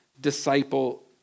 disciple